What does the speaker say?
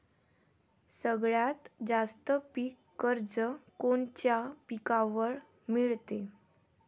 सगळ्यात जास्त पीक कर्ज कोनच्या पिकावर मिळते?